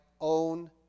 own